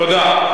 תודה.